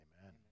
Amen